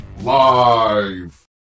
live